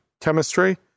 chemistry